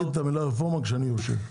--- אל תגיד את המילה רפורמה כשאני יושב,